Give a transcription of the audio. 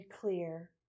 clear